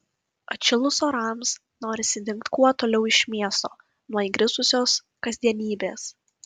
atšilus orams norisi dingt kuo toliau iš miesto nuo įgrisusios kasdienybės